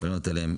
ולענות עליהם.